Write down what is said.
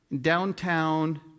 downtown